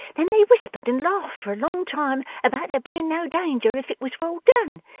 then they whispered and laughed for a long time about there being no danger if it was well done,